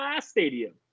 Stadium